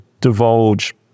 divulge